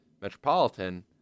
Metropolitan